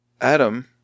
Adam